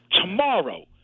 Tomorrow